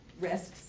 risks